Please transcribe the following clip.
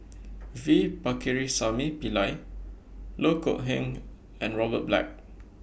V Pakirisamy Pillai Loh Kok Heng and Robert Black